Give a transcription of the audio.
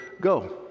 go